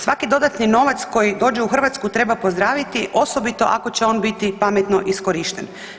Svaki dodatni novac koji dođe u Hrvatsku treba pozdraviti osobito ako će on biti pametno iskorišten.